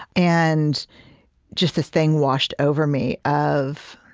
and just this thing washed over me, of